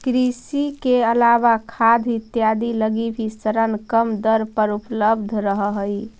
कृषि के अलावा खाद इत्यादि लगी भी ऋण कम दर पर उपलब्ध रहऽ हइ